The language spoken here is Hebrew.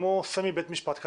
כמו סמי בית משפט קטן,